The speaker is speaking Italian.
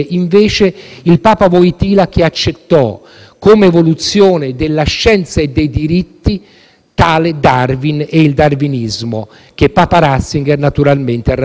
tale Darwin e il darwinismo, che Papa Ratzinger, naturalmente, a Ratisbona smentì e dimenticò.